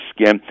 skin